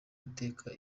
iteka